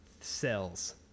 cells